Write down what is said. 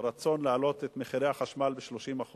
רצון להעלות את מחירי החשמל ב-30%